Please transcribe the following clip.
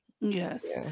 Yes